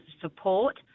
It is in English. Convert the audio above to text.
support